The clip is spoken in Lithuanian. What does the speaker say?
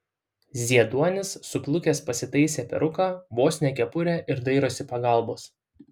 zieduonis suplukęs pasitaisė peruką vos ne kepurę ir dairosi pagalbos